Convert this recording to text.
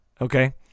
Okay